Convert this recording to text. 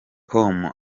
com